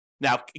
Now